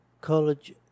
college